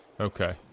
Okay